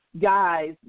guys